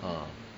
err